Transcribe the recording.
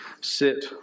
sit